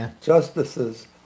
justices